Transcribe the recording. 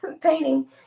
painting